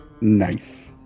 Nice